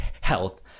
health